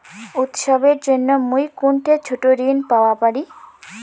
উৎসবের জন্য মুই কোনঠে ছোট ঋণ পাওয়া পারি?